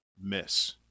miss